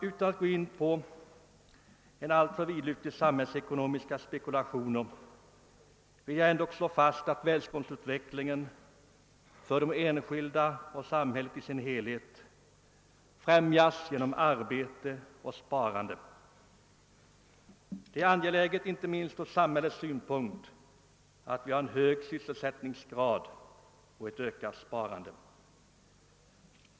Utan att gå in på alltför vidlyftiga samhällsekonomiska spekulationer vill jag slå fast att välståndsutveckling för de enskilda och samhället i dess helhet främjas genom arbete och sparande. Det är angeläget — inte minst från samhällets synpunkt — att vi har en hög sysselsättningsgrad och ett ökat sparande.